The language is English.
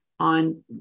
on